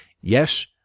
yes